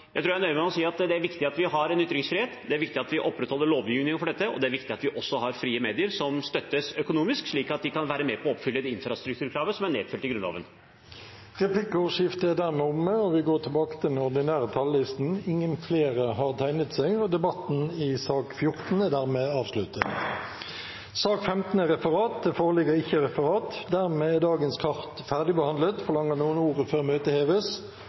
Jeg tror jeg nøyer meg med å si at det er viktig at vi har en ytringsfrihet, det er viktig at vi opprettholder lovgivningen for dette, og det er viktig at vi også har frie medier som støttes økonomisk, slik at de kan være med på å oppfylle det infrastrukturkravet som er nedfelt i Grunnloven. Replikkordskiftet er dermed omme. Flere har ikke bedt om ordet til sak nr. 14. Det foreligger ikke noe referat. Dermed er dagens kart ferdigbehandlet. Forlanger noen ordet før møtet heves?